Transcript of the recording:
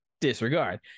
disregard